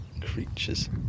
creatures